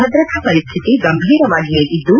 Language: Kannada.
ಭದ್ರತಾ ಪರಿಸ್ಟಿತಿ ಗಂಭೀರವಾಗಿಯೇ ಇದ್ದು